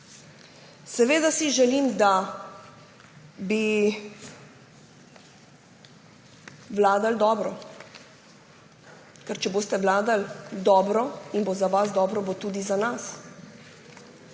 Seveda si želim, da bi vladali dobro. Ker če boste vladali dobro in bo za vas dobro, bo tudi za nas.